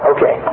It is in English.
Okay